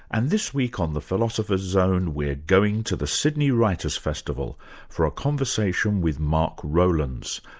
and this week on the philosopher's zone we're going to the sydney writers' festival for a conversation with mark rowlands,